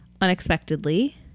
unexpectedly